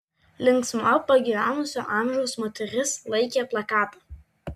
linksma pagyvenusio amžiaus moteris laikė plakatą